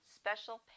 special